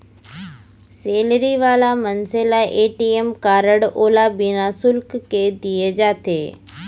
salary वाला मनसे ल ए.टी.एम कारड ओला बिना सुल्क के दिये जाथे